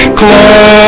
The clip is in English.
close